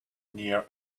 near